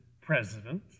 president